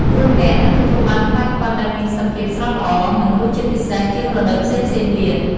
ព្រោះអ្នកនឹងទទួលបានផ្លែខ្វិតដែលមានសភាពស្រស់ល្អ និងរសជាតិពិសេសជាងរដូវផ្សេងៗទៀត។